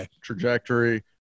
trajectory